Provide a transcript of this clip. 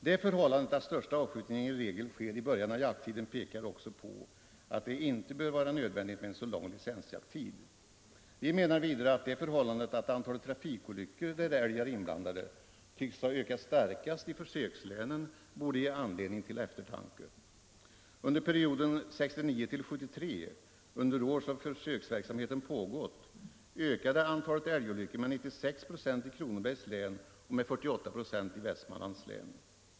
Det förhållandet att största avskjutningen i regel sker i början av jakttiden pekar också på att det inte bör vara nödvändigt med en så lång licensjakttid. Vi menar vidare att det förhållandet, att antalet trafikolyckor där älgar är inblandade tycks ha ökat starkast i försökslänen, borde ge anledning till eftertanke. Under perioden 1969-1973, under år då försöksverksamheten pågått, ökade antalet älgolyckor med 96 96 i Kronobergs län och med 48 946 i Västmanlands län.